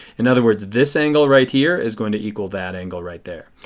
in other words this angle right here is going to equal that angle right there.